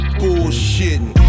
bullshitting